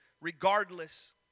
regardless